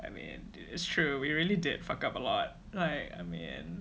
I mean it's true we really did fucked up a lot like I mean